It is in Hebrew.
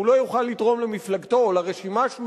הוא לא יכול לתרום למפלגתו או לרשימה שהוא